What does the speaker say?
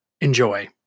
Enjoy